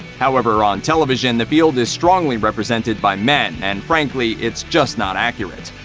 however, on television, the field is strongly represented by men and frankly, it's just not accurate.